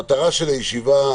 המטרה של הישיבה,